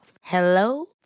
Hello